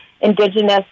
indigenous